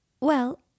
Well